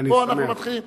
אני שמח.